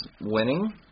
winning